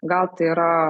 gal tai yra